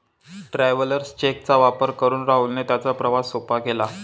travellers cheque चा वापर करून राहुलने त्याचा प्रवास सोपा केला